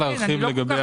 אני אשמח להרחיב לגבי